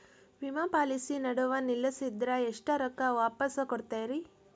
ವಿಮಾ ಪಾಲಿಸಿ ನಡುವ ನಿಲ್ಲಸಿದ್ರ ಎಷ್ಟ ರೊಕ್ಕ ವಾಪಸ್ ಕೊಡ್ತೇರಿ?